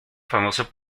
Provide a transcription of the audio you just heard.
famoso